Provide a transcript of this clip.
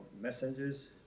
messengers